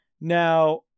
Now